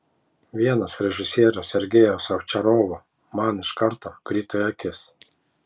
vienas režisieriaus sergejaus ovčarovo man iš karto krito į akis